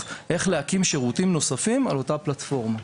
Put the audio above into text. איך להקים שירותים נוספים על אותה פלטפורמה,